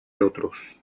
otros